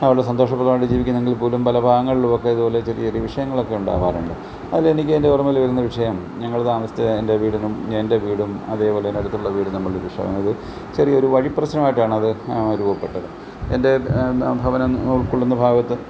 വളരെ സന്തോഷപ്രദമായിട്ട് ജീവിക്കുന്നെങ്കിൽ പോലും പല ഭാഗങ്ങളിലുമൊക്കെ ഇതുപോലെ ചെറിയ ചെറിയ വിഷയങ്ങളൊക്കെ ഉണ്ടാകാറുണ്ട് അത് എനിക്ക് എന്റെ ഓർമ്മയിൽ വരുന്ന വിഷയം ഞങ്ങൾ താമസിച്ച എന്റെ വീടിനും എന്റെ വീടും അതേ പോലെ എൻ്റെ അടുത്തുള്ള വീടും തമ്മിലുള്ള വിഷയം അത് ചെറിയ ഒരു വഴിപ്രശ്നമായിട്ടാണ് അത് രൂപപ്പെട്ടത് എന്റെ ഭവനം ഉൾക്കൊള്ളുന്ന ഭാഗത്ത്